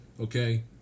Okay